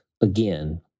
again